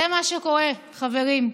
זה מה שקורה, חברים.